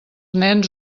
nens